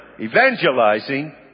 evangelizing